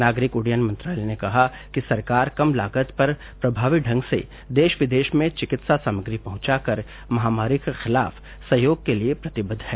नागरिक उड्डयन मंत्रालय ने कहा कि सरकार कम लागत पर प्रभावी ढंग से देश विदेश में चिकित्सा सामग्री पहुंचाकर महामारी के खिलाफ सहयोग के लिए प्रतिबद्व है